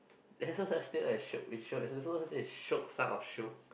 there's no such thing as shiok-bin-shiok there is also no such thing as shiok son of shiok